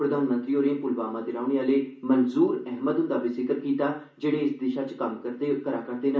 प्रधानमंत्री होरें पुलवामा दे रौहने आहले मंजूर अहमद हंदा बी जिक्र कीता जेहड़े इस दिशा च कम्म करा करदे न